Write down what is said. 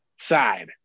side